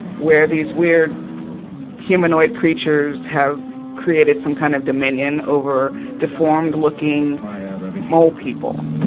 where these weird humanoid creatures have created some kind of dominion over deformed-looking mole people.